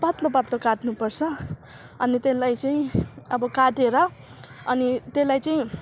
पातलो पातलो काटनु पर्छ अनि त्यसलाई चाहिँ अब काटेर अनि त्यसलाई चाहिँ